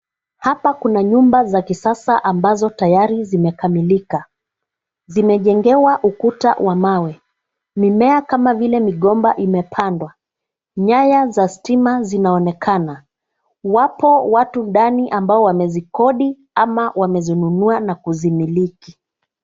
Hapa kuna nyumba za kisasa ambazo tayari zimekamilika. Zimejengewa ukuta wa mawe. Mimea kama vile migomba imepandwa. Nyaya za stima zinaonekana. Wapo watu ndani ambao wamezikodi ama wamezinunua na kuzimiliki.